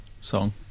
song